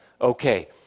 okay